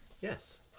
Yes